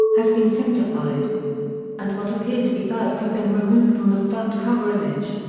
has been simplified and what appear to be birds have been removed from the front cover image.